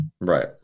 Right